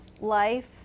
life